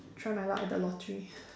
try my luck at the lottery